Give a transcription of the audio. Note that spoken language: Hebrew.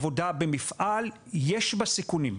עבודה במפעל יש בה סיכונים.